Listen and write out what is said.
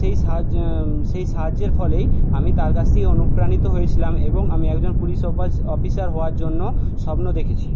সেই সাহায্য সেই সাহায্যের ফলেই আমি তার কাছ থেকে অনুপ্রাণিত হয়েছিলাম এবং আমি একজন পুলিশ অফিসার হওয়ার জন্য স্বপ্ন দেখেছি